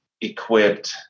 equipped